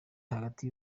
hagati